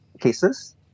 cases